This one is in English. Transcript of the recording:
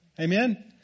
Amen